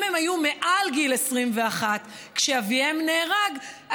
אם הם היו מעל גיל 21 כשאביהם נהרג,